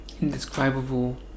indescribable